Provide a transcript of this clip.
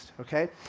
okay